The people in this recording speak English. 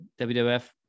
WWF